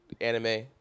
anime